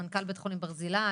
מנכ"ל בית חולים ברזילי,